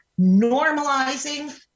normalizing